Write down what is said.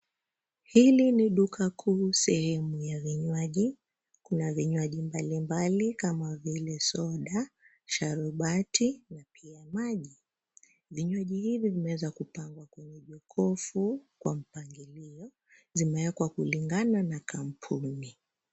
Hili ni duka kuu sehemu ya vinywaji, kuna vinywaji mbalimbali kama vile; soda, sharubati na pia maji. Vinywaji hivi vimeweza kupangwa kwenye jokofu. Kwa mpangilio zimewekwa kulingana na kampuni.